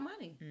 money